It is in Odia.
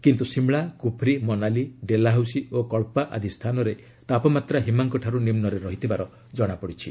କିନ୍ତୁ ଶିମଳା କୁଫ୍ରି ମନାଲୀ ଡେଲାହାଉସି ଓ କ୍ସା ଆଦି ସ୍ଥାନରେ ତାପମାତ୍ରା ହିମାଙ୍କଠାରୁ ନିମୁରେ ରହିଥିବାର ଜଣାପଡ଼ିଛି